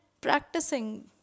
practicing